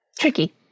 tricky